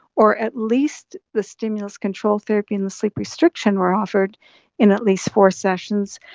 or at least the stimulus control therapy and the sleep restriction were offered in at least four sessions,